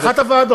זאת אחת הוועדות.